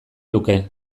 luke